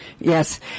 Yes